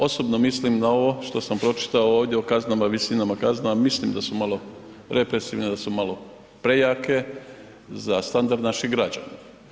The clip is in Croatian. Osobno mislim na ovo što sam pročitao ovdje o visinama kazna, mislim da su malo represivne, da su malo prejake za standard naših građana.